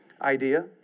idea